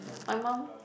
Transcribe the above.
my mum